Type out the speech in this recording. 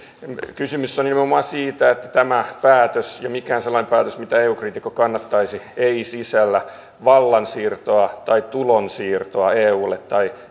kysymys on nimenomaan siitä että tämä päätös ja mikään sellainen päätös mitä eu kriitikko kannattaisi ei sisällä vallansiirtoa tai tulonsiirtoa eulle tai